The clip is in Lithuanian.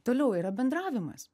toliau yra bendravimas